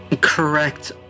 Correct